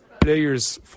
players